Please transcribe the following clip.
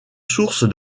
sources